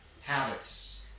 habits